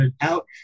out